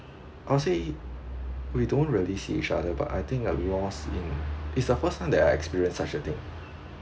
honestly we don't really see each other but I think uh a loss in is the first time that I experience such a thing